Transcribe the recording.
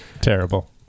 Terrible